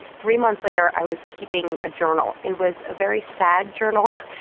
three months later i was keeping a journal. it was a very sad journal,